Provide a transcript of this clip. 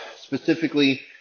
Specifically